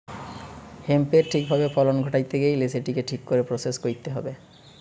হেম্পের ঠিক ভাবে ফলন ঘটাইতে গেইলে সেটিকে ঠিক করে প্রসেস কইরতে হবে